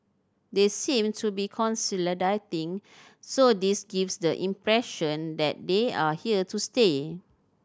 they seem to be consolidating so this gives the impression that they are here to stay